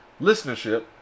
listenership